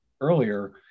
earlier